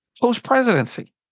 post-presidency